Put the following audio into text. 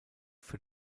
für